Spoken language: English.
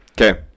Okay